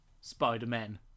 Spider-Man